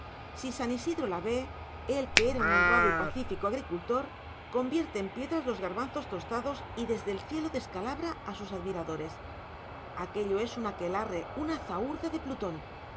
si san isidro la ve él que era un honrado y pacífico agricultor convierte en piedras los garbanzos tostados y desde el cielo descalabra a sus admiradores aquello es un aquelarre una zahúrda de plutón